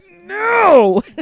no